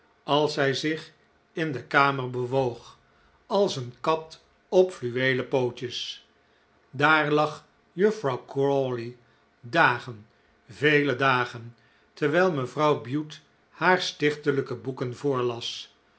als zij zich in de kamer bewoog als een kat op fluweelen pootjes daar lag juffrouw crawley dagen vele dagen terwijl mevrouw bute haar stichtelijke boeken voorlas